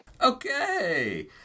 Okay